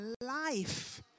life